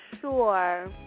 sure